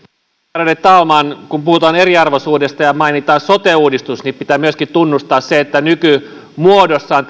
ärade talman kun puhutaan eriarvoisuudesta ja mainitaan sote uudistus pitää myöskin tunnustaa se että nykymuodossaan